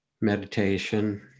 meditation